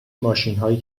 ماشینهای